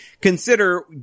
consider